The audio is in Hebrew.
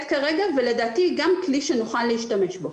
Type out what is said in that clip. כרגע ולדעתי היא גם כלי שנוכל להשתמש בו.